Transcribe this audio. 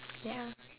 ya